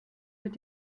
mit